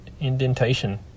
indentation